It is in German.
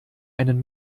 einen